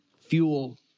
fuel